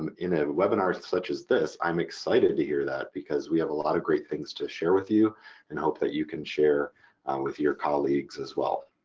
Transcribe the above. um in a webinar such as this i'm excited to hear that because we have a lot of great things to share with you and hope that you can share with your colleagues as well.